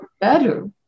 better